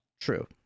True